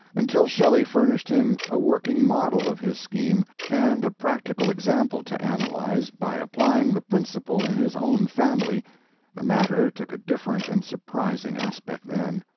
until shelley furnished him a working model of his scheme and a practical example to analyze, by applying the principle in his own family the matter took a different and surprising aspect then.